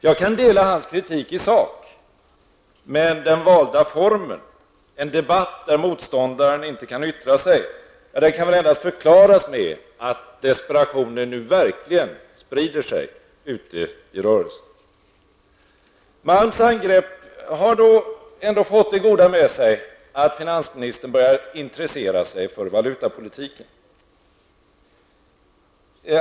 Jag kan dela hans kritik i sak, men den valda formen -- kritik mot en motståndare som inte har tillfälle att försvara sig -- kan endast förklaras med att desperationen nu verkligen sprider sig ute i rörelsen. Stig Malms angrepp på regeringen har ändå fört det goda med sig att finansministern börjat intressera sig för valutapolitiken.